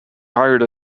hired